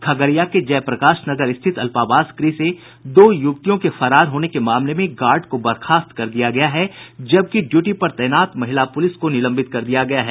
खगड़िया के जयप्रकाश नगर स्थित अल्पावास गृह से दो युवतियों के फरार होने के मामले में गार्ड को बर्खास्त कर दिया गया है जबकि ड्यूटी पर तैनात महिला पुलिस को निलंबित कर दिया गया है